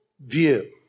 view